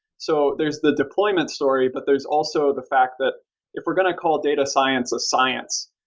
so there's the deployment story, but there's also the fact that if we're going to call data science a science,